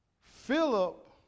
Philip